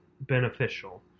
beneficial